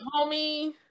homie